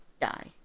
die